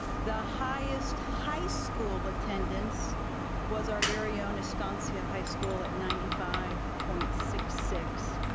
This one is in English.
the highest high school attendance was our very own estancia high school at ninety five point six six.